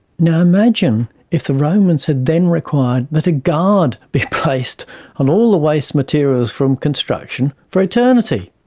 now imagine if the romans had then required that a guard be placed on all the waste materials from construction for eternity.